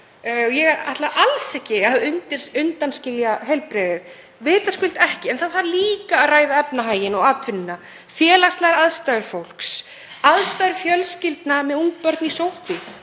ég ætla alls ekki að undanskilja heilbrigðið, vitaskuld ekki, en það þarf líka að ræða efnahaginn og atvinnuna, félagslegar aðstæður fólks, aðstæður fjölskyldna með ung börn í